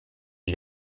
gli